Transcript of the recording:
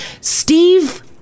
Steve